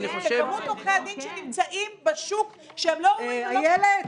גם מול עורכי הדין שנמצאים בשוק שהם לא ראויים --- איילת,